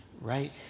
right